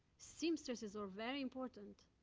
seamstresses are very important.